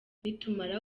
nitumara